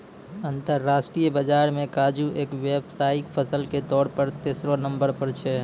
अंतरराष्ट्रीय बाजार मॅ काजू एक व्यावसायिक फसल के तौर पर तेसरो नंबर पर छै